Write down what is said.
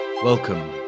Welcome